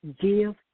Give